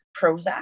Prozac